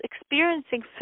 experiencing